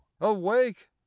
awake